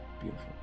Beautiful